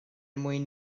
mwyn